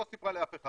לא סיפרה לאף אחד,